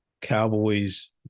Cowboys